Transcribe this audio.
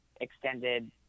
extended